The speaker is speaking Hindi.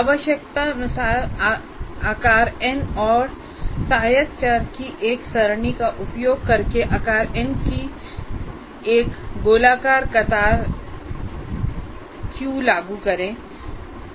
आवश्यकतानुसार आकार n और सहायक चर की एक सरणी का उपयोग करके आकार n की एक गोलाकार कतार लागू करें